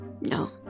No